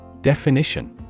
Definition